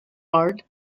art